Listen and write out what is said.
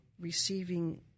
receiving